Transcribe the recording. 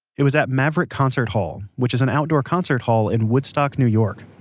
it was at maverick concert hall, which is an outdoor concert hall in woodstock, new york.